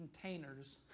containers